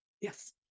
Yes